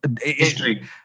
History